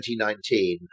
2019